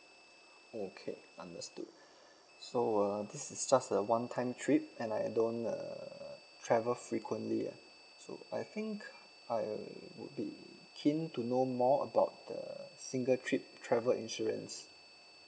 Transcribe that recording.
okay understood so uh this is just a one time trip and I don't err travel frequently ah so I think I would be keen to know more about the single trip travel insurance